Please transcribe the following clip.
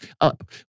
up